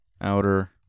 outer